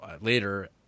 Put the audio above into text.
Later